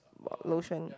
!wah! lotion